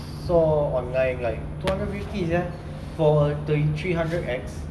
saw online like two hundred fifty sia for a thirty three hundred X